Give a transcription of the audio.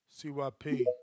CYP